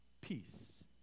peace